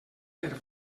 per